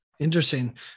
Interesting